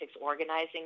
organizing